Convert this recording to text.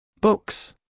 Books